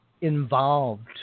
involved